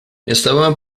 estaban